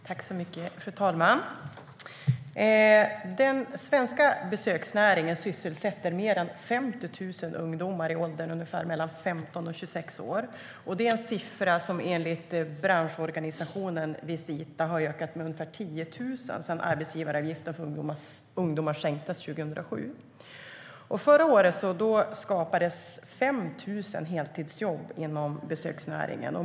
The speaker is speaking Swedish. Fru talman! Den svenska besöksnäringen sysselsätter mer än 50 000 ungdomar i åldern 15-26 år. Det är en siffra som enligt branschorganisationen Visita har ökat med ungefär 10 000 sedan arbetsgivaravgiften för ungdomar sänktes 2007. Förra året skapades 5 000 heltidsjobb inom besöksnäringen.